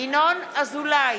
ינון אזולאי,